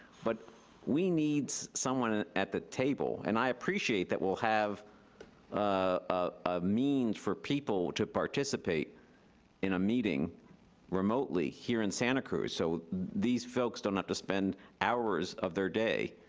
but we need someone at the table, and i appreciate that we'll have a means for people to participate in a meeting remotely here in santa cruz so these folks don't have to spend hours of their day,